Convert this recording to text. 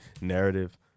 narrative